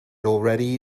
already